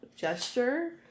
gesture